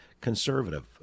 conservative